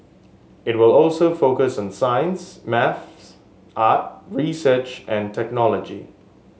it will also focus on science maths art research and technology